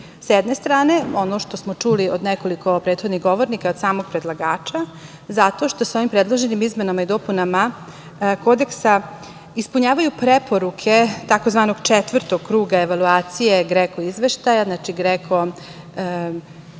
S jedne strane, ono što smo čuli od nekoliko prethodnih govornika i od samog predlagača, zato što se ovim predloženim izmenama i dopunama Kodeksa ispunjavaju preporuke tzv. Četvrtog kruga evaluacije GREKO izveštaja, znači, GREKO zemlje